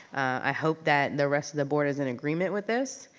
i hope that the rest of the board is in agreement with this.